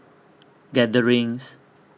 gatherings